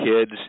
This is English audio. kids